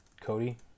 Cody